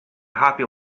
happy